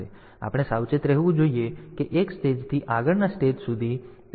તેથી આપણે સાવચેત રહેવું જોઈએ કે 1 સ્ટેજથી આગળના સ્ટેજ સુધી